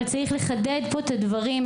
אבל צריך לחדד את הדברים,